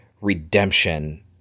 redemption